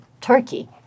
Turkey